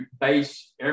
base